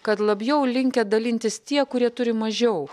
kad labiau linkę dalintis tie kurie turi mažiau